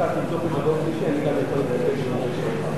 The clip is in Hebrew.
תסתפק בדברי תשובתך,